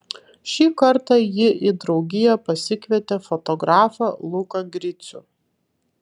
šį kartą ji į draugiją pasikvietė fotografą luką gricių